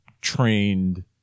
trained